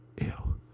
Ew